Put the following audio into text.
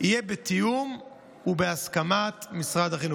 יהיה בתיאום ובהסכמת משרד החינוך.